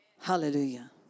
Hallelujah